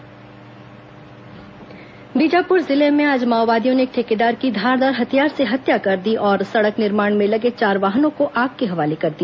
माओवादी आत्समर्पण वारदात बीजापुर जिले में आज माओवादियों ने एक ठेकेदार की धारदार हथियार से हत्या कर दी और सड़क निर्माण में लगे चार वाहनों को आग के हवाले कर दिया